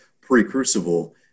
pre-Crucible